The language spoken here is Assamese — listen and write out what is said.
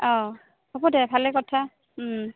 অঁ হ'ব দে ভালে কথা